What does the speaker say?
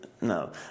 No